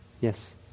Yes